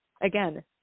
again